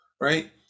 right